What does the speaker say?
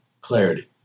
Clarity